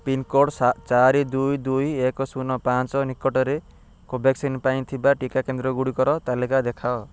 pincode ସାତ ଚାରି ଦୁଇ ଦୁଇ ଏକ ଶୂନ ପାଞ୍ଚ ନିକଟରେ କୋଭ୍ୟାକ୍ସିନ୍ ପାଇଁ ଥିବା ଟିକା କେନ୍ଦ୍ରଗୁଡ଼ିକର ତାଲିକା ଦେଖାଅ